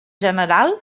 general